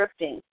scripting